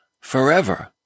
forever